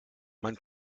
man